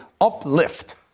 uplift